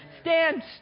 Stand